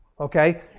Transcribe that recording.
Okay